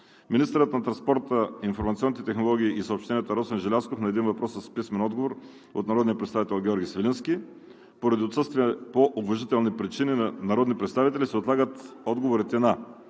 министърът на транспорта, информационните технологии и съобщенията Росен Желязков – на един въпрос с писмен отговор от народния представител Георги Свиленски. Поради отсъствие по уважителни причини на народни представители се отлагат отговорите на: